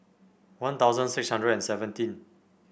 One Thousand six hundred and seventeen